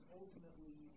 ultimately